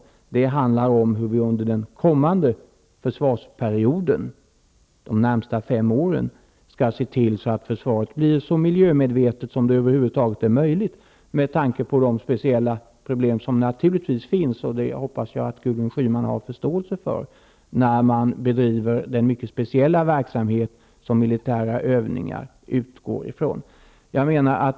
Utredningen handlar om hur vi under kommande försvarsperioden, de närmaste fem åren, skall se till att försvaret blir så miljömedvetet som möjligt. När man bedriver en så speciell verksamhet som militära övningar utgår ifrån finns det särskilda problem, vilket jag hoppas att Gudrun Schyman har förståelse för.